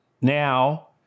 now